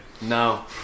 No